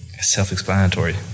self-explanatory